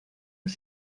los